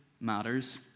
matters